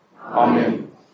Amen